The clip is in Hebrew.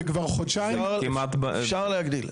וכבר חודשיים --- זה כמעט --- אפשר להגדיל.